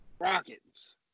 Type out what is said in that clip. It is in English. Rockets